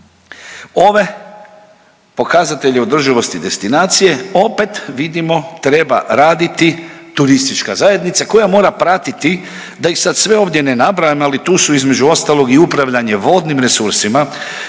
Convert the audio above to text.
ove pokazatelje održivosti destinacije opet vidimo treba raditi turistička zajednica koja mora pratiti, da ih sad sve ovdje ne nabrajam, ali tu su, između ostalog i upravljanje vodnim resursima,